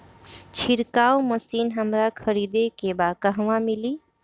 छिरकाव मशिन हमरा खरीदे के बा कहवा मिली?